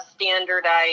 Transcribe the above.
standardized